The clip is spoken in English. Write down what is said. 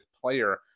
player